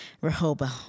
Rehoboam